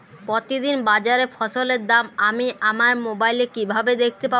প্রতিদিন বাজারে ফসলের দাম আমি আমার মোবাইলে কিভাবে দেখতে পাব?